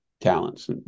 talents